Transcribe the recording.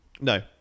No